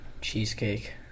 Cheesecake